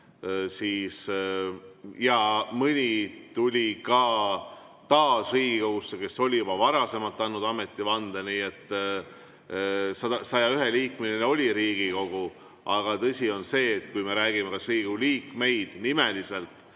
mõni tuli ka taas Riigikogusse ja nad oli juba varem andnud ametivande, nii et 101‑liikmeline oli Riigikogu. Aga tõsi on see, et kui me räägime, kas Riigikogu liikmeid nimeliselt